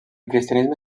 cristianisme